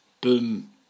boom